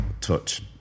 touch